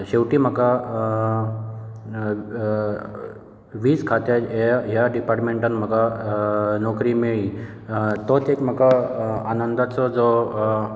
शेवटी म्हाका वीज खात्या ह्या ह्या डिपार्टमेंटान म्हाका नोकरी मेळ्ळी तोत एक म्हाका आनंदाचो जो